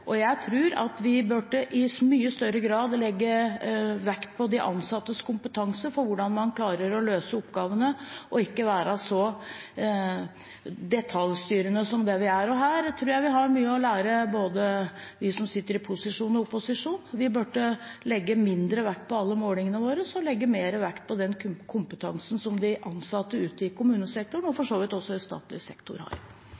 antall. Jeg tror at vi i mye større grad burde legge vekt på de ansattes kompetanse når det gjelder hvordan man klarer å løse oppgavene, og ikke være så detaljstyrende som det vi er. Her tror jeg vi har mye å lære, både de som sitter i posisjon, og vi som sitter i opposisjon. Vi burde legge mindre vekt på alle målingene våre og mer vekt på den kompetansen som de ansatte ute i kommunesektoren – og